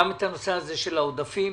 גם בנושא העודפים,